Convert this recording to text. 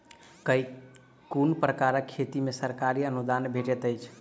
केँ कुन प्रकारक खेती मे सरकारी अनुदान भेटैत अछि?